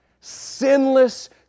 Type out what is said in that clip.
sinless